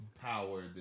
Power